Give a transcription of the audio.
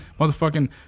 motherfucking